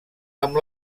amb